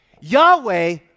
Yahweh